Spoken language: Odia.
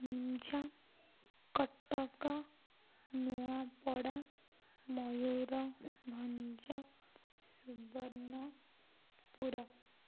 ଗଞ୍ଝାମ କଟକ ନୂଆପଡ଼ା ମୟୂରଭଞ୍ଜ ସୁବର୍ଣ୍ଣପୁର